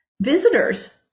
visitors